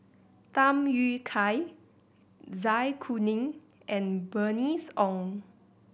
Tham Yui Kai Zai Kuning and Bernice Ong